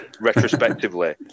retrospectively